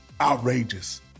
outrageous